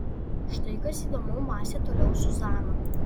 štai kas įdomu mąstė toliau zuzana